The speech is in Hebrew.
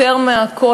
יותר מכול,